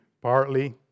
Partly